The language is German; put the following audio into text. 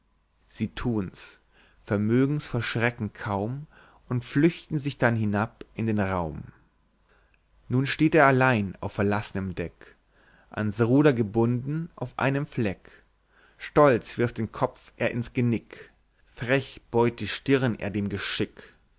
sie thun's vermögen's vor schrecken kaum und flüchten sich dann hinab in den raum nun steht er allein auf verlassenem deck ans ruder gebunden auf einem fleck stolz wirft den kopf er ins genick frech beut die stirn er dem geschick